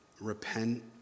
Repent